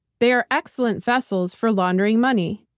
they're excellent vessels for laundering money.